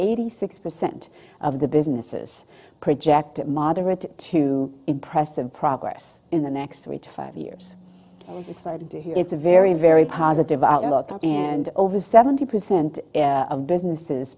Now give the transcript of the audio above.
eighty six percent of the businesses projected moderate to impressive progress in the next three to five years is excited to hear it's a very very positive outlook and over seventy percent of businesses